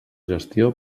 gestió